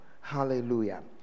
Hallelujah